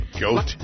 Goat